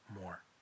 more